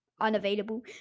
unavailable